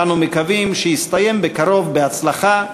שאנו מקווים שיסתיים בקרוב בהצלחה.